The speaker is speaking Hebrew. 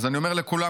אז אני אומר לכולם,